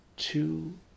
Two